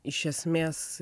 iš esmės